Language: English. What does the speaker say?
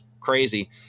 crazy